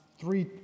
three